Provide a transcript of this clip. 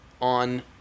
on